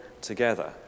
together